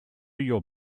your